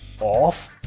off